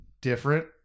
different